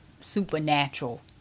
supernatural